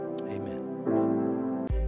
Amen